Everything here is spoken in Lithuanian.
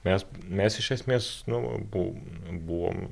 mes mes iš esmės nu abu buvom